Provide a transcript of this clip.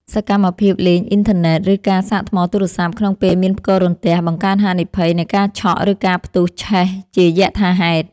សកម្មភាពលេងអ៊ីនធឺណិត ឬការសាកថ្មទូរស័ព្ទក្នុងពេលមានផ្គររន្ទះ បង្កើនហានិភ័យនៃការឆក់ ឬការផ្ទុះឆេះជាយថាហេតុ។